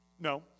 No